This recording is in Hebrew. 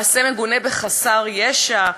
מעשה מגונה בחסר ישע,